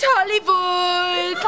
Hollywood